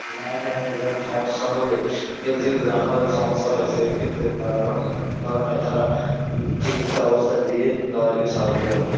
নানা ধরনের যেমন সমস্যা হলে খেলতে খেলতে নানা ধরনের সমস্যা হয় সেইক্ষেত্রে নানা ধরনের তারা চিকিৎসা ব্যবস্থা দিয়ে তাদেরকে সাহায্য করে